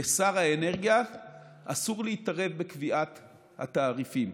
לשר האנרגיה אסור להתערב בקביעת התעריפים.